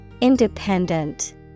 Independent